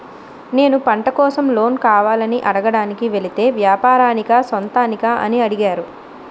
నేను పంట కోసం లోన్ కావాలని అడగడానికి వెలితే వ్యాపారానికా సొంతానికా అని అడిగారు